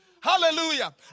Hallelujah